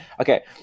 Okay